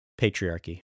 Patriarchy